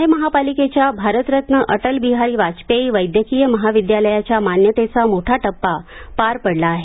पुणे महापालिकेच्या भारतरत्न अटलबिहारी वाजपेयी वैद्यकीय महाविद्यालयाच्या मान्यतेचा मोठा टप्पा पार पडला आहे